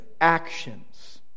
actions